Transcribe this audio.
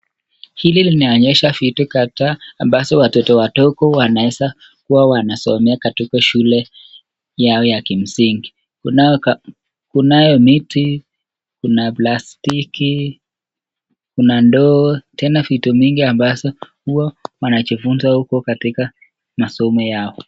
Hili linaonyesha vitu kadha ambazo watoto wadogo wanaweza kuwa wanasomea katika shule yao ya kimsingi. Kunayo miti, kuna plastiki, kuna ndoo, tena vitu mingi ambazo huwa wanajifunza huko katika masomo yao.